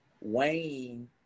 Wayne